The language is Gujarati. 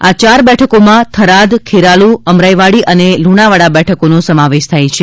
આ ચાર બેઠકોમાં થરાદ ખેરાલુ અમરાઈવાડી અને લુણાવાડા બેઠકોનો સમાવેશ થાય છે